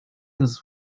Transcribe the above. this